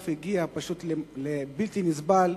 זה הגיע למצב בלתי נסבל.